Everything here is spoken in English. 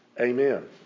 Amen